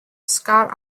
scott